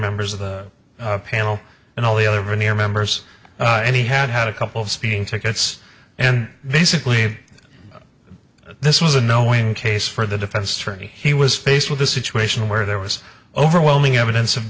members of the panel and all the other ranier members and he had had a couple of speeding tickets and basically this was a no win case for the defense attorney he was faced with a situation where there was overwhelming evidence of